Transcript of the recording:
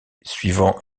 suivant